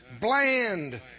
bland